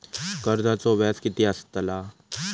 कर्जाचो व्याज कीती असताला?